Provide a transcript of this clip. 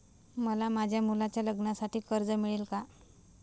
मला माझ्या मुलाच्या लग्नासाठी कर्ज मिळेल का?